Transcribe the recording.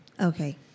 Okay